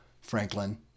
Franklin